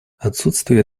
отсутствие